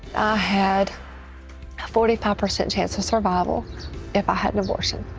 had a forty five percent chance of survival if i had an abortion.